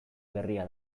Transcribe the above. berria